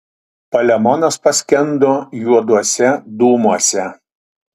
palemonas paskendo juoduose dūmuose